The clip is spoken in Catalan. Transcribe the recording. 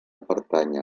pertànyer